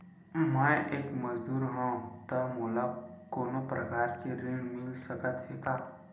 मैं एक मजदूर हंव त मोला कोनो प्रकार के ऋण मिल सकत हे का?